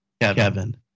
Kevin